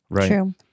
True